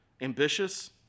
ambitious